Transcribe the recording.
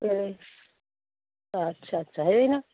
আচ্ছা আচ্ছা হেৰি নয়